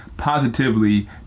positively